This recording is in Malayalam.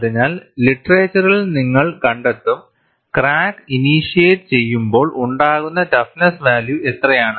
അതിനാൽ ലിറ്ററേച്ചറിൽ നിങ്ങൾ കണ്ടെത്തും ക്രാക്ക് ഇനീഷ്യറ്റ് ചെയുമ്പോൾ ഉണ്ടാകുന്ന ടഫ്നെസ്സ് വാല്യൂ എത്രയാണ്